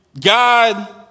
God